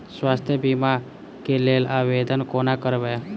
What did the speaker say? स्वास्थ्य बीमा कऽ लेल आवेदन कोना करबै?